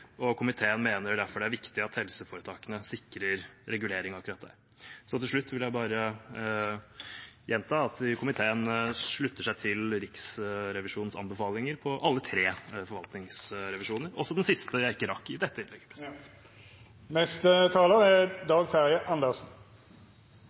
og komiteen mener derfor det er viktig at helseforetakene sikrer regulering akkurat der. Til slutt vil jeg bare gjenta at komiteen slutter seg til Riksrevisjonens anbefalinger for alle tre forvaltningsrevisjoner – også den siste, som jeg ikke rakk å snakke om i dette innlegget.